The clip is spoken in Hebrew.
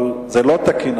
אבל זה לא תקין,